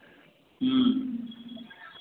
ह्म्म